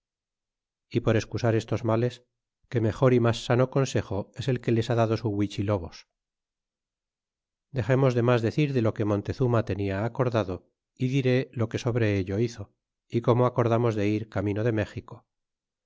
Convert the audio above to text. y por excusar estos males que mejor y mas sano consejo es el que les ha dado su lluichilobos dexemos de mas decir de lo que montezuma tenia acordado é diré lo que sobre ello hizo y como acordamos de ir camino de méxico